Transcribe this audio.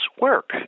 work